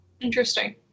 Interesting